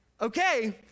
okay